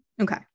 okay